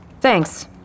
Thanks